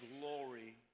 glory